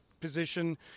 position